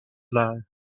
know